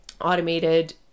automated